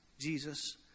Jesus